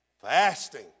fasting